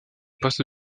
poste